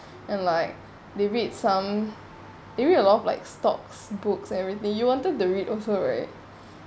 and like they made some that made a lot of like stocks books everything you wanted to read also right